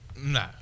No